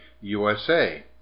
USA